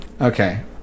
Okay